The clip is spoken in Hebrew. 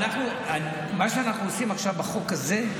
מה שאנחנו עושים עכשיו בחוק הזה,